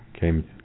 came